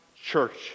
church